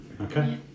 Okay